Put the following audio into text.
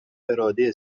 اراده